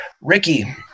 Ricky